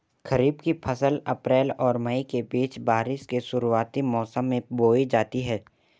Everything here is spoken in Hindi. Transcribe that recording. खरीफ़ की फ़सल अप्रैल और मई के बीच, बारिश के शुरुआती मौसम में बोई जाती हैं